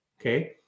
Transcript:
Okay